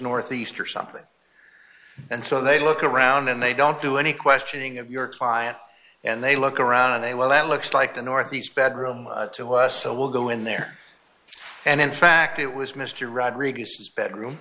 northeaster something and so they look around and they don't do any questioning of your client and they look around and they well that looks like the northeast bedroom to us so we'll go in there and in fact it was mr rodriguez's bedroom